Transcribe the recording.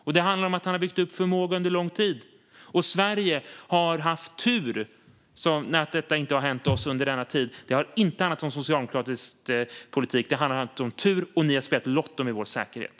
Och det handlar om att han har byggt upp förmåga under lång tid. Sverige har haft tur med att detta inte har hänt oss under denna tid. Det har inte handlat om socialdemokratisk politik. Det handlar om tur, och ni har spelat lotto med vår säkerhet.